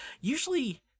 Usually